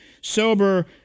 sober